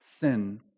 sin